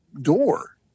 door